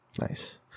nice